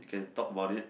can talk about it